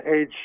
age